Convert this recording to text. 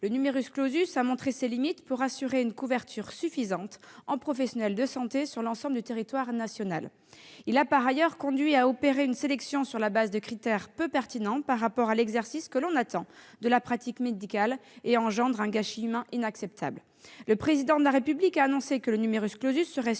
de travail. Le a montré ses limites pour assurer une couverture suffisante en professionnels de santé sur l'ensemble du territoire national. Il a par ailleurs conduit à opérer une sélection sur le fondement de critères peu pertinents par rapport à l'exercice que l'on attend de la pratique médicale et entraîne un gâchis humain inacceptable.